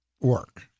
work